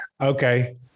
Okay